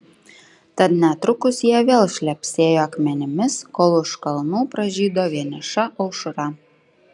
tad netrukus jie vėl šlepsėjo akmenimis kol už kalnų pražydo vieniša aušra